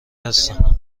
هستم